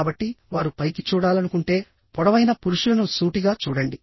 కాబట్టి వారు పైకి చూడాలనుకుంటే పొడవైన పురుషులను సూటిగా చూడండి